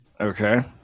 Okay